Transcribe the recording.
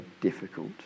difficult